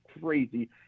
crazy